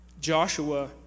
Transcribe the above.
Joshua